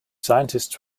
scientists